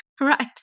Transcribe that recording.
Right